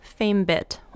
FameBit